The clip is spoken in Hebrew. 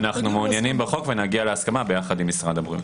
אנו מעוניינים בחוק ונגיע להסכמה יחד עם משרד הבריאות.